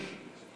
תודה.